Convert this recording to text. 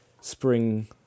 Spring